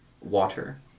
water